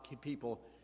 people